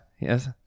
Yes